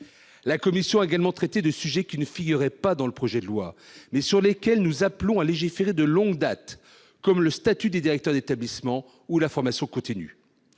La commission a également traité de sujets qui ne figuraient pas dans le projet de loi, mais sur lesquels nous appelons à légiférer de longue date, comme le statut des directeurs d'établissements ou la formation continue.